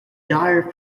dire